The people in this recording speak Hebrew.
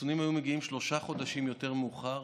החיסונים היו מגיעים שלושה חודשים יותר מאוחר,